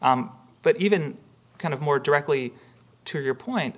but even kind of more directly to your point